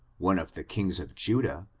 one of the kings of judah,